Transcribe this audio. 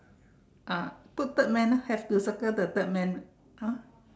uh put third man ah have to circle the third man ah